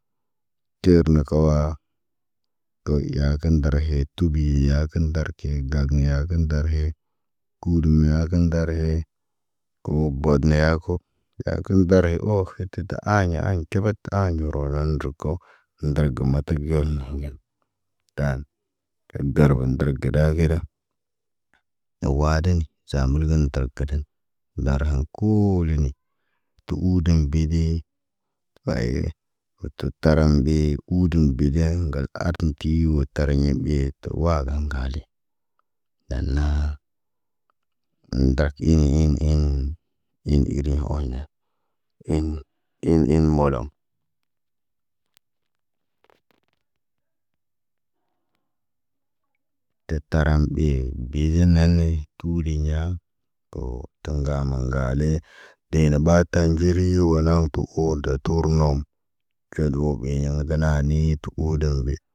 Tərnə kawa. To ya kə ndarhe tubi yakə ndar ke gagə ya kə ndarhe. Kudu yakə ŋgar he, koob bod neyaa ko. Ya kə darhe oho tə də aayen, ayen kəbət aayen rona nduko. Ndər gə mata gel ŋgen, daan, nder bə ndar giɗa gida. Nə waadiɲi zaamulge nə targadan, dar han koolini. Tu uudeɲ bede, wa ayeye got tət taran ɓe udu bedeɲan ŋgal ardin ki i wo tariɲa ɓet tuwa gan ŋgali. Danna, ndərak, in in in ori oɲa, in in in moloŋg. Tetaram ɓe, beze naane, kuuli ɲa, ko təŋgam ŋgaale. De na ɓaa tanɟiri wo naŋg tu u olda turunom. Cel o ɓeyaŋg da na nii tu odaŋg ɓe.